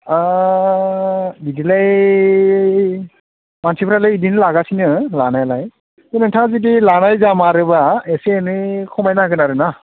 बिदिब्लालाय मानसिफोरालाय इदिनो लागासिनो लानायालाय नोंथाङा जुदि लानाय जामारोब्ला एसे एनै खमायना होगोन आरोना